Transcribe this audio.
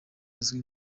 uzwi